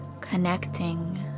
connecting